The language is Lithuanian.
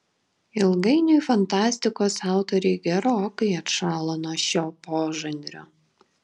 ilgainiui fantastikos autoriai gerokai atšalo nuo šio požanrio